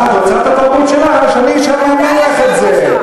מה, את רוצה שאת התרבות שלך, שאני אממן לך את זה?